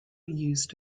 used